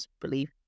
believe